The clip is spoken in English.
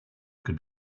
could